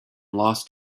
lost